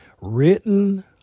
written